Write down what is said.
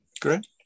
Great